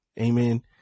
Amen